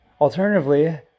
Alternatively